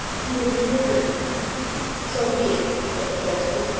you will be murdered so be it said the horseman,